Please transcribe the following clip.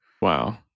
Wow